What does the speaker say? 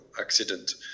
accident